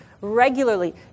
regularly